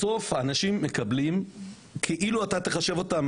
בסוף האנשים מקבלים כאילו אתה מחשיב אותם